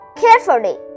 carefully